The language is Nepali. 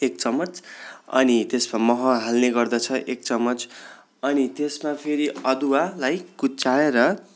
एक चमच अनि त्यसमा मह हाल्ने गर्दछ एक चमच अनि त्यसमा फेरि अदुवालाई कुच्च्याएर